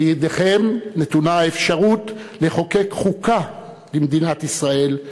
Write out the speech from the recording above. בידיכם נתונה האפשרות לחוקק חוקה למדינת ישראל,